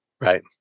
Right